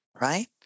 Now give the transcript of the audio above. right